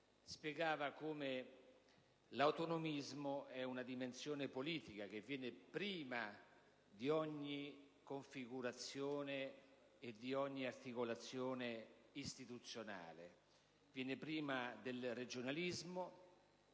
spiegava come l'autonomismo fosse una dimensione politica che viene prima di ogni configurazione e di ogni articolazione istituzionale: prima del regionalismo,